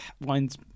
winds